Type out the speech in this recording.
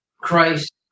Christ